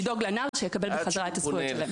לדאוג לנער שיקבל בחזרה את הזכויות שלו.